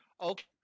Okay